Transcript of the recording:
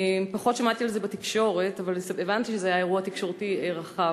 פחות שמעתי על זה בתקשורת אבל הבנתי שזה היה אירוע תקשורתי רחב.